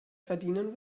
verdienen